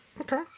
Okay